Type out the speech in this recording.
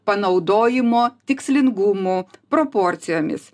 panaudojimo tikslingumu proporcijomis